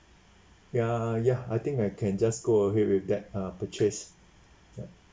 ya ya I think I can just go ahead with that uh purchase yup